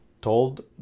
told